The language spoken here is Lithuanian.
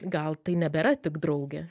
gal tai nebėra tik draugė